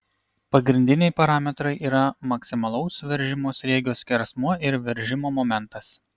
pagrindiniai parametrai yra maksimalaus veržiamo sriegio skersmuo ir veržimo momentas